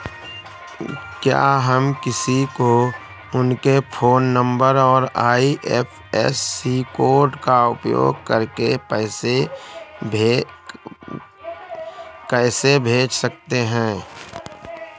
क्या हम किसी को उनके फोन नंबर और आई.एफ.एस.सी कोड का उपयोग करके पैसे कैसे भेज सकते हैं?